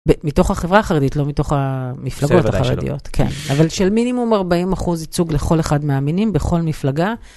מתוך החברה החרדית, לא מתוך המפלגות החרדיות. כן, אבל של מינימום 40% ייצוג לכל אחד מהמינים בכל מפלגה.